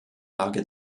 lage